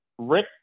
Rick